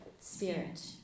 spirit